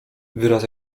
wyraz